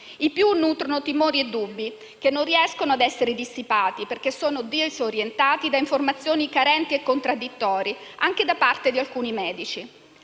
I più nutrono timori e dubbi che non riescono ad essere dissipati, perché sono disorientati da informazioni carenti e contraddittorie, anche da parte di alcuni medici.